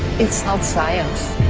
it's not science.